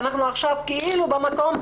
ואנחנו עכשיו כאילו במקום,